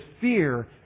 fear